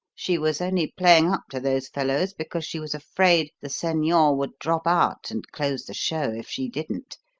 she was only playing up to those fellows because she was afraid the senor would drop out and close the show if she didn't,